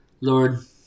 Lord